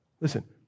Listen